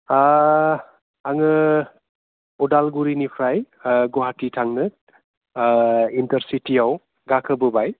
आङो उदालगुरिनिफ्राय गुवाहाटि थांनो इन्टारसिटिआव गाखोबोबाय